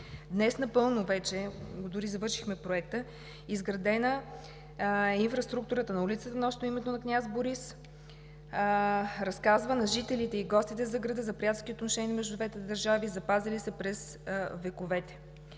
Днес дори вече напълно завършихме Проекта, изградена е инфраструктурата на улицата, носеща името на княз Борис, разказва на жителите и гостите за града, за приятелските отношения между двете държави, запазили се през векове.